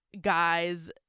guys